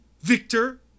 Victor